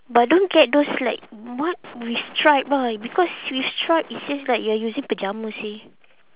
but don't get those like what with stripe ah because with stripe it seems like you are using pajamas eh